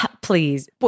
please